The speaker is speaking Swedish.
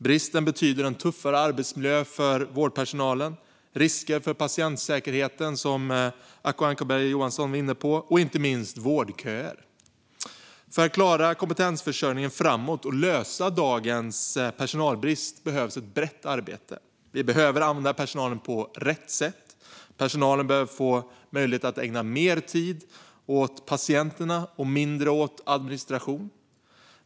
Bristen betyder en tuffare arbetsmiljö för vårdpersonalen, risker för patientsäkerheten, som Acko Ankarberg Johansson var inne på, och inte minst vårdköer. För att klara kompetensförsörjningen framåt och lösa dagens personalbrist behövs ett brett arbete. Vi behöver använda personalen på rätt sätt. Personalen behöver få möjlighet att ägna mer tid åt patienterna och mindre åt administration.